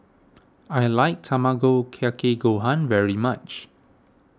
I like Tamago Kake Gohan very much